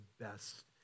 best